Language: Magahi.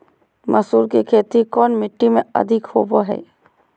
मसूर की खेती कौन मिट्टी में अधीक होबो हाय?